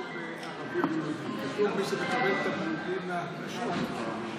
מהקואליציה בתחילת הקדנציה שהוא חבר במפלגת השלטון,